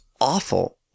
awful